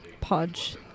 Podge